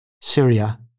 Syria